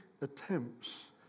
attempts